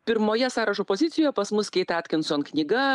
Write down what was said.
pirmoje sąrašo pozicijoj pas mus keit atkinson knyga